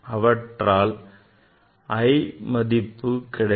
அவற்றால் j மதிப்பு கிடைக்கும்